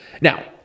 Now